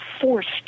forced